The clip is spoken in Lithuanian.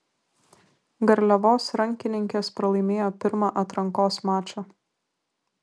garliavos rankininkės pralaimėjo pirmą atrankos mačą